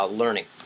learning